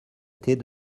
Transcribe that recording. était